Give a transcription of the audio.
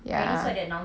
ya